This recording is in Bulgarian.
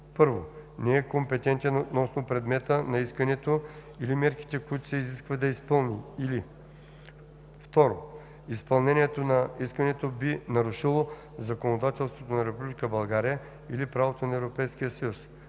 1. не е компетентен относно предмета на искането или мерките, които се изисква да изпълни, или 2. изпълнението на искането би нарушило законодателството на Република България или правото на